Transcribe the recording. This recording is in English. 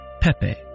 Pepe